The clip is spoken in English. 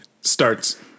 starts